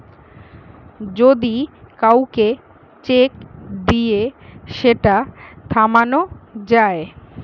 যদি কাউকে চেক দিয়ে সেটা থামানো যায়